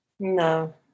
No